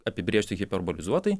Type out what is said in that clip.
apibrėžti hiperbolizuotai